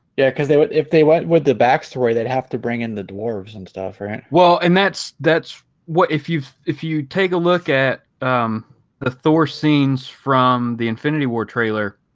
yeah, because they would if they went with the backstory they'd have to bring in the dwarves and stuff for it well and that's that's what if you if you take a look at the thor scenes from the infinity war trailer